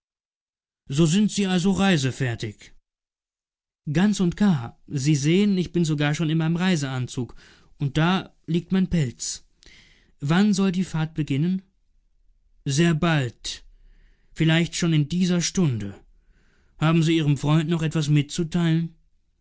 so sind sie also reisefertig ganz und gar sie sehen ich bin sogar schon in meinem reiseanzug und da liegt mein pelz wann soll die fahrt beginnen sehr bald vielleicht schon in dieser stunde haben sie ihrem freund noch etwas mitzuteilen